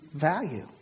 value